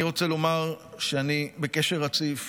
אני רוצה לומר שאני בקשר רציף